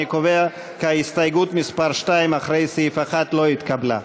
אני קובע כי הסתייגות מס' 2 לאחרי סעיף 1 לא נתקבלה.